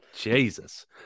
Jesus